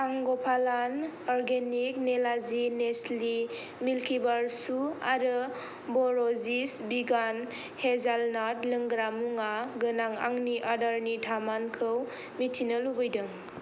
आं ग'पालान अर्गेनिक नेलाजि नेस्लि मिल्किबार चु आरो ब'रजिस विगान हेजालनात लोंग्रा मुवा गोनां आंनि आदारनि थामानखौ मिथिनो लुबैदों